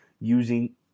using